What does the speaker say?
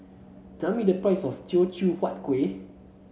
tell me the price of Teochew Huat Kueh